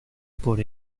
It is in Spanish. por